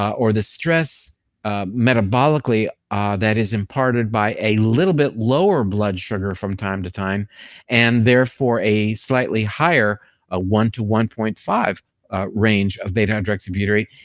or the stress metabolically ah that is imparted by a little bit lower blood sugar from time to time and therefore a slightly higher ah one to one point five range of beta hydroxybutyrate,